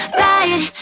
right